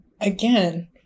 again